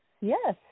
Yes